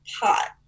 pot